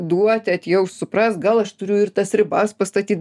duoti atjaust suprast gal aš turiu ir tas ribas pastatyt